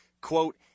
Quote